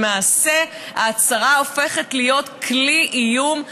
למעשה ההצהרה הופכת כלי איום,